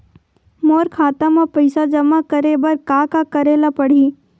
मोर खाता म पईसा जमा करे बर का का करे ल पड़हि?